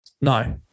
No